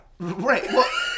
Right